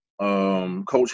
Coach